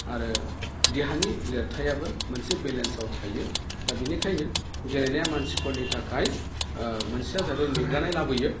आरो देहानि लिरथायाबो मोनसे बेलेन्साव थायो दा बेनिखायनो गेलेनाया मानसिफोरनि थाखाय मोनसेया जाबाय मेंगानाय लाबोयो